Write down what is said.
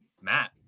matt